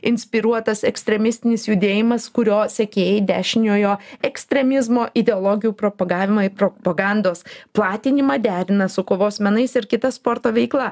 inspiruotas ekstremistinis judėjimas kurio sekėjai dešiniojo ekstremizmo ideologijų propagavimą propagandos platinimą derina su kovos menais ir kita sporto veikla